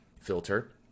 filter